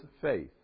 faith